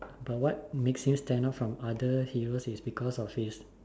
but what makes him stand out from other heroes is because his